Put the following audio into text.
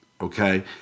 okay